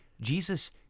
jesus